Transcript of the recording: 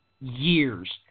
years